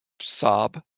sob